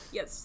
Yes